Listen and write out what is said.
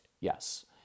Yes